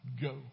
go